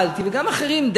וגם אחרים שאלו,